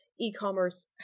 e-commerce